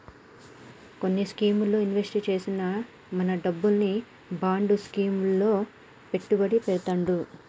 కొన్ని స్కీముల్లో ఇన్వెస్ట్ చేసిన మన డబ్బును బాండ్ స్కీం లలో పెట్టుబడి పెడతుర్రు